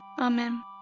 Amen